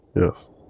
Yes